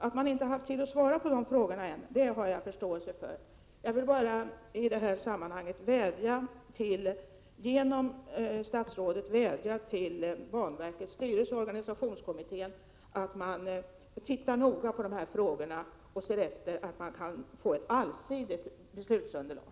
Att man inte haft tid att svara på de frågorna än har jag förståelse för. I det här sammanhanget vill jag bara genom statsrådet vädja till banverkets styrelse och till organisationskommittén att titta noga på dessa frågor och se till att man får ett allsidigt beslutsunderlag.